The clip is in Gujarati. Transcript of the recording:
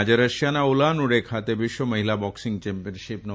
આજે રશિયાના ઉલાન ઉડે ખાતે વિશ્વ મહિલા બોકસીંગ ચેમ્પીયનશીપનો